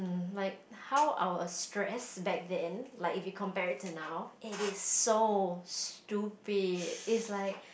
like how our stress back then like if we compare it to now it is so stupid is like